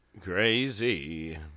crazy